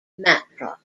matra